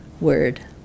word